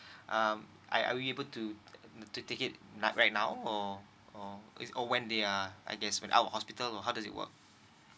um are are we able to to take it like right now or or is or when they are I guess when out of hospital or how does it work